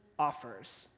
offers